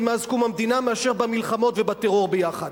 מאז קום המדינה מאשר במלחמות ובטרור ביחד.